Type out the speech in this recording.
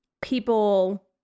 people